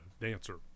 dancer